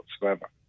whatsoever